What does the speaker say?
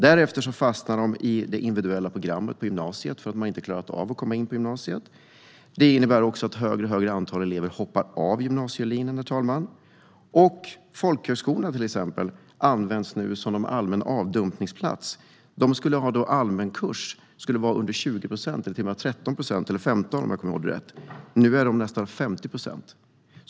Därefter fastnar de i det individuella programmet på gymnasiet för att de inte har klarat av att komma in på de andra programmen. Detta innebär, herr talman, också att ett allt större antal elever hoppar av gymnasiet. Folkhögskolorna, till exempel, används nu som en allmän dumpningsplats. Andelen elever på allmän kurs skulle vara under 20 procent, 15 procent eller till och med under 13 procent, om jag kommer ihåg rätt. Nu är det nästan 50 procent.